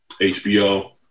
HBO